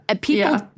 people